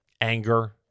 anger